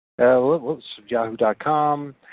Yahoo.com